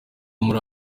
muri